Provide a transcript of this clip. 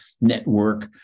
network